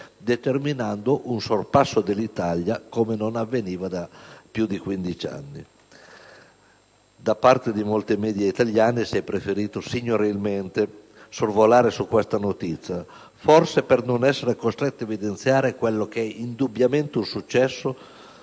determinando un sorpasso dell'Italia come non avveniva da più di 15 anni. Da parte di molti media italiani si è preferito signorilmente sorvolare su questa notizia, forse per non essere costretti ad evidenziare quello che è indubbiamente un successo